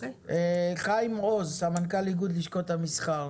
חיים עוז, מנכ"ל איגוד לשכות המסחר.